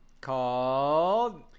Called